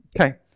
Okay